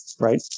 right